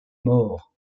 morts